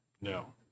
No